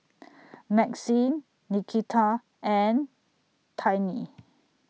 Maxine Nikita and Tiny